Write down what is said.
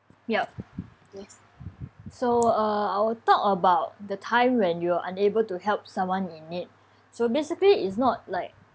yup so uh I will talk about the time when you're unable to help someone in need so basically is not like